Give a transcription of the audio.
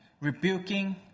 rebuking